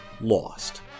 lost